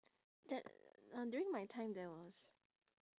that uh during my time there was